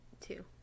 two